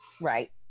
Right